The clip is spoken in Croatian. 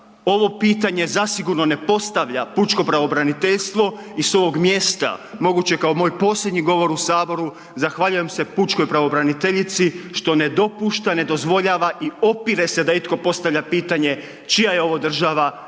Ovo pitanje zasigurno ne postavlja pučko pravobraniteljstvo i s ovog mjesta moguće kao moj posljednji govor u Saboru, zahvaljujem se pučkoj pravobraniteljici što ne dopušta, ne dozvoljava i opire se da itko postavlja pitanje, čija je država